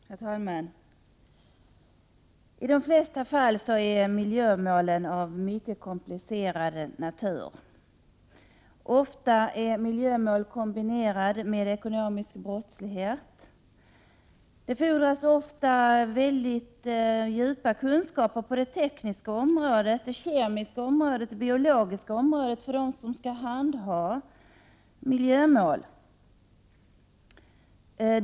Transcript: Herr talman! I de flesta fall är miljömålen av mycket komplicerad natur. Miljömålen är ofta kombinerade med ekonomisk brottslighet. Det fordras ofta mycket djupa kunskaper på det tekniska, kemiska och biologiska området av dem som skall handha miljömål.